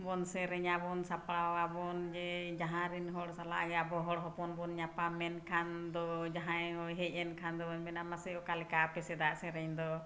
ᱵᱚᱱ ᱥᱮᱨᱮᱧᱟᱵᱚᱱ ᱥᱟᱯᱲᱟᱣᱟᱵᱚᱱ ᱡᱮ ᱡᱟᱟᱦᱸᱨᱮᱱ ᱦᱚᱲ ᱥᱟᱞᱟᱜ ᱟᱵᱚ ᱦᱚᱲ ᱦᱚᱯᱚᱱ ᱵᱚᱱ ᱧᱟᱯᱟᱢᱮᱱ ᱠᱷᱟᱱ ᱫᱚ ᱡᱟᱦᱟᱸᱭ ᱦᱚᱸᱭ ᱦᱮᱡ ᱠᱷᱟᱱ ᱫᱚ ᱵᱚᱱ ᱢᱮᱱᱟ ᱢᱟᱥᱮ ᱚᱠᱟ ᱞᱮᱠᱟ ᱟᱯᱮᱥᱮᱫᱟᱜ ᱥᱮᱨᱮᱧ ᱫᱚ